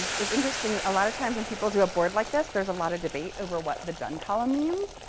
it's interesting. a lot of times, when people do a board like this, there's a lot of debate over what the done column means.